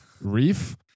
reef